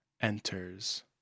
enters